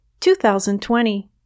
2020